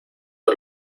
del